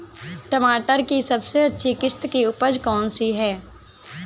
टमाटर की सबसे अच्छी किश्त की उपज कौन सी है?